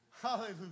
Hallelujah